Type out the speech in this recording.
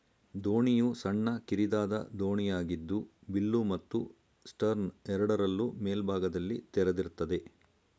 ದೋಣಿಯು ಸಣ್ಣ ಕಿರಿದಾದ ದೋಣಿಯಾಗಿದ್ದು ಬಿಲ್ಲು ಮತ್ತು ಸ್ಟರ್ನ್ ಎರಡರಲ್ಲೂ ಮೇಲ್ಭಾಗದಲ್ಲಿ ತೆರೆದಿರ್ತದೆ